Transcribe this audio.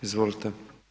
Izvolite.